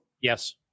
Yes